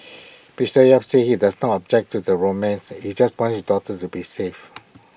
be say yap said he does not object to the romance he just wants his daughter to be safe